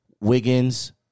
Wiggins